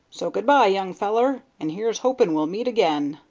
so good-bye, young feller, and here's hoping we'll meet again.